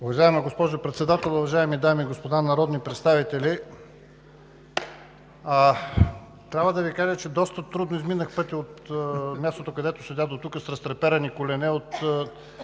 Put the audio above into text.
Уважаема госпожо Председател, уважаеми дами и господа народни представители! Трябва да Ви кажа, че доста трудно изминах пътя от мястото, където седя, до тук – с разтреперани колене, от